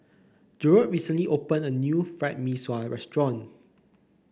Jerod recently opened a new Fried Mee Sua restaurant